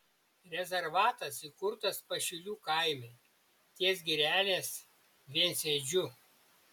rezervatas įkurtas pašilių kaime ties girelės viensėdžiu